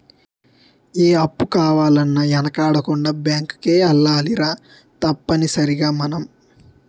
ఏ అప్పు కావాలన్నా యెనకాడకుండా బేంకుకే ఎల్లాలిరా తప్పనిసరిగ మనం